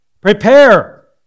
prepare